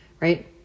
right